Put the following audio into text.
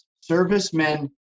servicemen